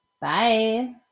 Bye